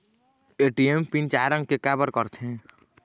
ATM PIN चार अंक के का बर करथे?